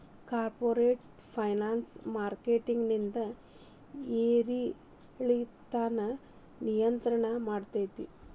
corporate finance ಮಾರ್ಕೆಟಿಂದ್ ಏರಿಳಿತಾನ ನಿಯಂತ್ರಣ ಮಾಡ್ತೇತಿ